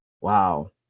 Wow